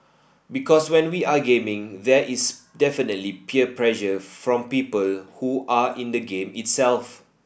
because when we are gaming there is definitely peer pressure from people who are in the game itself